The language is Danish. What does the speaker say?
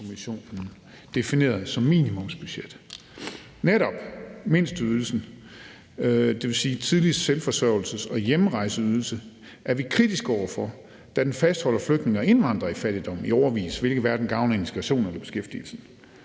Ydelseskommissionen definerede som minimumsbudgettet. Netop mindsteydelsen, dvs. tidligst selvforsørgelses- og hjemrejseydelse, er vi kritiske over for, da den fastholder flygtninge og indvandrere i fattigdom i årevis, hvilket hverken gavner integrationen eller beskæftigelsen.